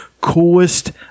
coolest